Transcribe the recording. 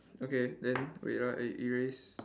okay then wait ah I erase